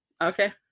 Okay